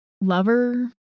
Lover